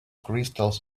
crystals